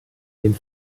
den